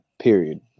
period